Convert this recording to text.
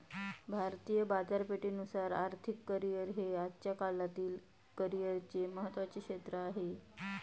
भारतीय बाजारपेठेनुसार आर्थिक करिअर हे आजच्या काळातील करिअरचे महत्त्वाचे क्षेत्र आहे